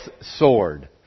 sword